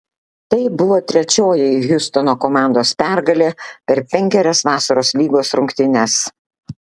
tai buvo trečioji hjustono komandos pergalė per penkerias vasaros lygos rungtynes